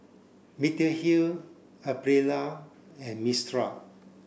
Mediheal Aprilia and Mistral